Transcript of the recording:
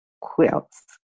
quilts